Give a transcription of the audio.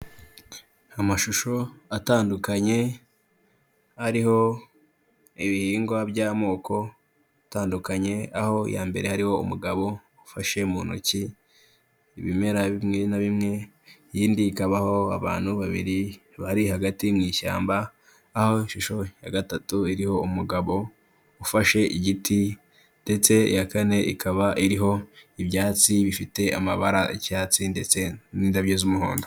Amashusho atandukanye, ariho ibihingwa by'amoko atandukanye, aho iya mbere hariho umugabo ufashe mu ntoki ibimera bimwe na bimwe, iyindi ikabaho abantu babiri bari hagati mu ishyamba, aho ishusho ya gatatu iriho umugabo ufashe igiti ndetse iya kane ikaba iriho ibyatsi bifite amabara y'icyatsi ndetse n'indabyo z'umuhondo.